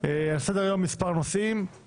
על סדר היום מספר נושאים.